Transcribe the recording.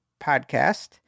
podcast